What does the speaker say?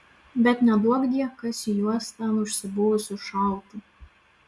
bet neduokdie kas į juos ten užsibuvusius šautų